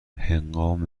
هنگام